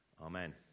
Amen